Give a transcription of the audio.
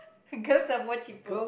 girls are more cheaper